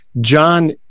John